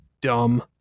dumb